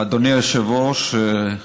אדוני היושב-ראש,